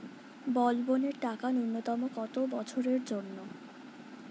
বলবনের টাকা ন্যূনতম কত বছরের জন্য?